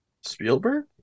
Spielberg